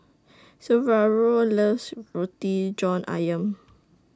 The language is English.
Saverio loves Roti John Ayam